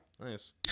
Nice